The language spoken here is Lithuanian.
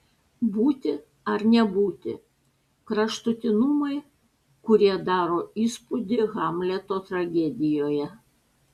būti ar nebūti kraštutinumai kurie daro įspūdį hamleto tragedijoje